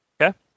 Okay